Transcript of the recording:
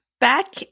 Back